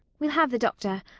we'll have the doctor.